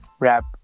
Rap